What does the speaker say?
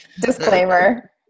disclaimer